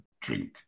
drink